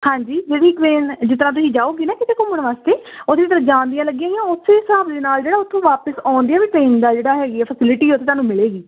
ਹਾਂਜੀ ਜਿਹੜੀ ਟ੍ਰੇਨ ਜਿੱਦਾਂ ਤੁਸੀਂ ਜਾਓਗੇ ਨਾ ਕਿਤੇ ਘੁੰਮਣ ਵਾਸਤੇ ਉਹ ਦੀਆਂ ਅਤੇ ਜਾਣ ਦੀਆਂ ਲੱਗਣਗੀਆਂ ਉਸੇ ਹਿਸਾਬ ਦੇ ਨਾਲ ਜਿਹੜਾ ਉੱਥੋਂ ਵਾਪਸ ਆਉਂਦਿਆ ਵੀ ਟ੍ਰੇਨ ਦਾ ਜਿਹੜਾ ਹੈਗੀ ਆ ਫਸਿਲੀਟੀ ਉਹ 'ਤੇ ਤੁਹਾਨੂੰ ਮਿਲੇਗੀ